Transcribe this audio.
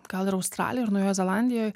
gal ir australijoj ar naujojoj zelandijoj